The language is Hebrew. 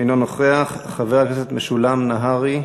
אינו נוכח, חבר הכנסת משולם נהרי,